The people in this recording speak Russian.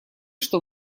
что